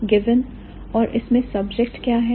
Given और इसमें subject क्या है